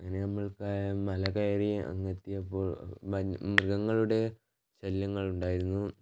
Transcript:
അങ്ങനെ നമ്മൾ മല കയറി അങ്ങെത്തിയപ്പോൾ വ മൃഗങ്ങളുടെ ശല്യങ്ങളുണ്ടായിരുന്നു